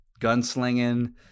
gunslinging